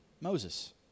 Moses